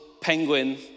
penguin